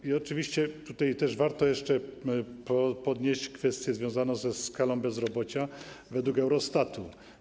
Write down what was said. I oczywiście tutaj warto jeszcze podnieść kwestię związaną ze skalą bezrobocia według Eurostatu.